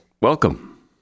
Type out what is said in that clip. Welcome